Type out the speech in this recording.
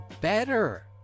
better